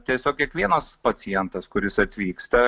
tiesiog kiekvienas pacientas kuris atvyksta